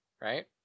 right